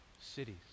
cities